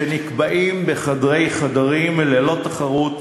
שנקבעים בחדרי-חדרים, ללא תחרות,